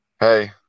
Hey